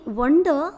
wonder